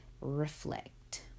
reflect